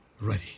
Ready